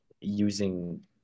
using